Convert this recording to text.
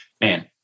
man